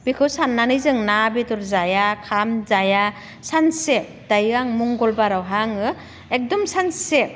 बेखौ साननानै जों ना बेदर जाया खाम जाया सानसे दायो बे मंगलबारावहा आङो एखदम सानसे